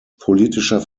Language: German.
politischer